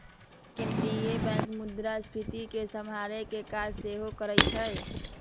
केंद्रीय बैंक मुद्रास्फीति के सम्हारे के काज सेहो करइ छइ